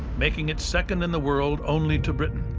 making it second in the world only to britain.